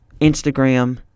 Instagram